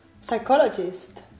Psychologist